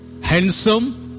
handsome